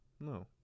No